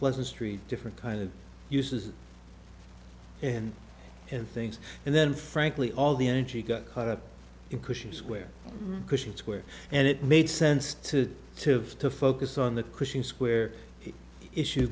pleasant street different kind of uses and and things and then frankly all the energy got caught up in cushing square cushing square and it made sense to have to focus on the crushing square issue